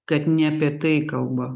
kad ne apie tai kalba